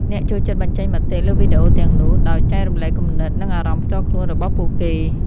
អ្នកចូលចិត្តបញ្ចេញមតិលើវីដេអូទាំងនោះ ដោយ ចែករំលែកគំនិត និងអារម្មណ៍ផ្ទាល់ខ្លួនរបស់ពួកគេ។